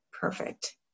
Perfect